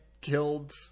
killed